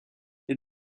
les